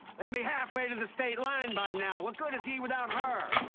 they could be halfway to the state line by now! what good is he without her?